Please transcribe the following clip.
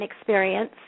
experience